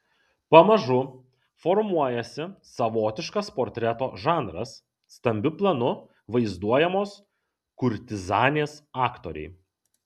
pamažu formuojasi savotiškas portreto žanras stambiu planu vaizduojamos kurtizanės aktoriai